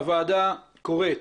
הוועדה קוראת